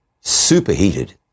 superheated